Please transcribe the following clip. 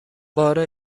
بار